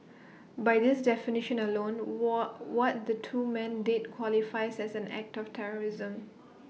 by this definition alone what what the two men did qualifies as an act of terrorism